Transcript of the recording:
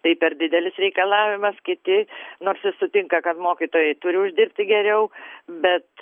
tai per didelis reikalavimas kiti nors ir sutinka kad mokytojai turi uždirbti geriau bet